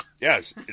Yes